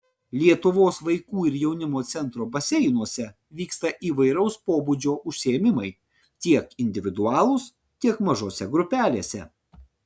lietuvos vaikų ir jaunimo centro baseinuose vyksta įvairaus pobūdžio užsiėmimai tiek individualūs tiek mažose grupelėse